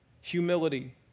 humility